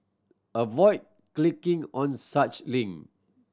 avoid clicking on such link